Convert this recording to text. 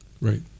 Right